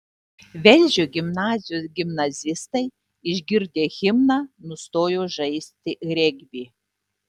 velžio gimnazijos gimnazistai išgirdę himną nustojo žaisti regbį